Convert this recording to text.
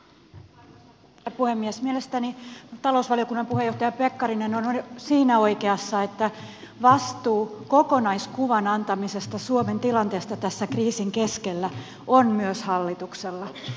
mielestäni talousvaliokunnan puheenjohtaja pekkarinen on siinä oikeassa että vastuu kokonaiskuvan antamisesta suomen tilanteesta tässä kriisin keskellä on myös hallituksella